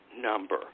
number